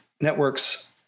networks